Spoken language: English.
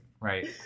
right